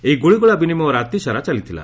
ଏହି ଗୁଳିଗୋଳା ବିନିମୟ ରାତିସାରା ଚାଲିଥିଲା